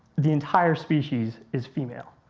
the entire species is female.